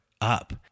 up